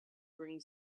bring